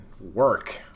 work